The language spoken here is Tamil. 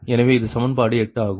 எனவே இது சமன்பாடு 8 ஆகும்